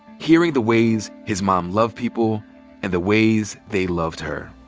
hearing the ways his mom loved people and the ways they loved her.